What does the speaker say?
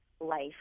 life